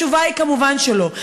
התשובה היא: כמובן שלא.